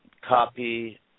copy